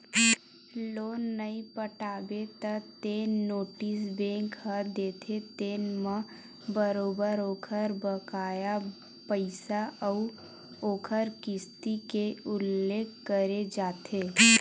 loan नइ पटाबे त जेन नोटिस बेंक ह देथे तेन म बरोबर ओखर बकाया पइसा अउ ओखर किस्ती के उल्लेख करे जाथे